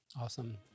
Awesome